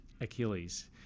Achilles